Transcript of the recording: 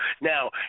Now